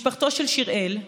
משפחתו של שיראל,